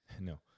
No